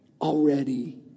already